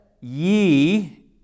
ye